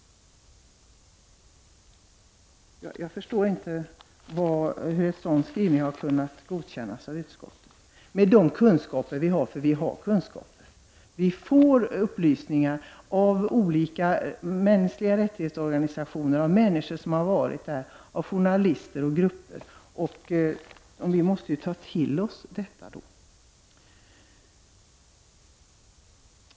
Jag förstår inte hur en sådan skrivning har kunnat godkännas av utskottet med de kunskaper vi har — för vi har kunskaper! Vi får upplysningar av olika mänskliga rättighetsorganisationer, av människor som har varit där, av journalister och grupper. Och då måste vi ju ta till oss detta.